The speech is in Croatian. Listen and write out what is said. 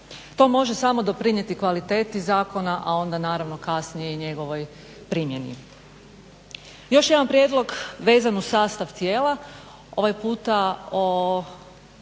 To može samo doprinijeti kvaliteti zakona, a onda naravno kasnije i njegovoj primjeni. Još jedan prijedlog vezan uz sastav tijela. Ovaj puta o